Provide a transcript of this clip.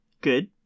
Good